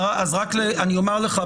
אני אומר לך,